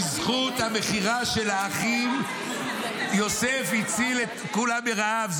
בזכות המכירה של האחים יוסף הציל את כולם מרעב.,